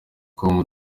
com